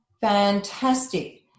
Fantastic